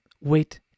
Wait